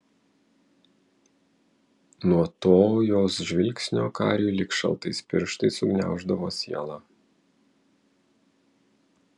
nuo to jos žvilgsnio kariui lyg šaltais pirštais sugniauždavo sielą